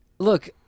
Look